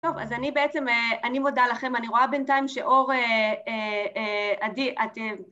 טוב, אז אני בעצם, אני מודה לכם, אני רואה בינתיים שאור... אהה. אהה.. עדי